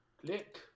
Click